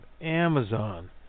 Amazon